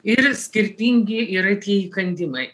ir skirtingi yra tie įkandimai